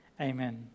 Amen